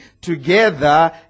together